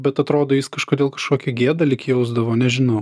bet atrodo jis kažkodėl kažkokią gėdą lyg jausdavo nežinau